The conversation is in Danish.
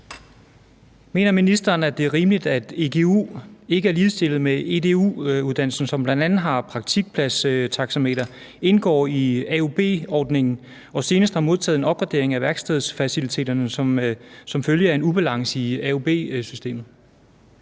Mener ministeren, at det er rimeligt, at egu ikke er ligestillet med eud-uddannelsen, som bl.a. har praktikpladstaxameter, indgår i aub-ordningen og senest har modtaget en opgradering af værkstedsfaciliteter som følge af en ubalance i aub-systemet?